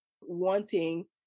wanting